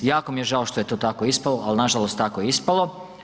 Jako mi je žao što je to tako ispalo ali nažalost tako je ispalo.